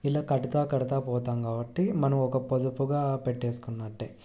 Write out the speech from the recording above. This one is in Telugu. ఇలా కడతూ కడతూ పోతాం కాబట్టి మనం ఒక పొదుపుగా పెట్టేసుకున్నట్టే